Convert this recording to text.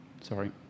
Sorry